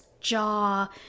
jaw